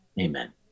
amen